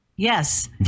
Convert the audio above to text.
Yes